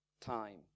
time